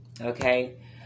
Okay